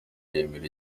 yemera